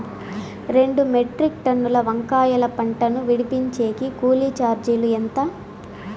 రెండు మెట్రిక్ టన్నుల వంకాయల పంట ను విడిపించేకి కూలీ చార్జీలు ఎంత?